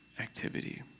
activity